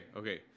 okay